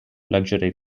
luxury